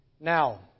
Now